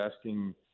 asking –